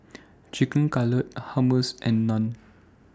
Chicken Cutlet Hummus and Naan